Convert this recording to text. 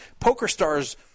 PokerStars